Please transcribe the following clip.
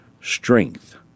strength